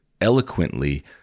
eloquently